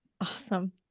Awesome